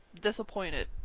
disappointed